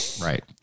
right